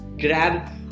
grab